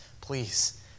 Please